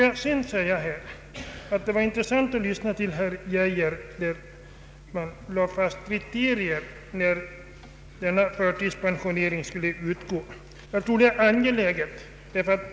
Det var intressant att lyssna till herr Geijer när han utvecklade kriterierna för när förtidspensionering kan beviljas. Jag tror det är angeläget att ha dessa kriterier klara.